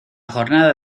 jornada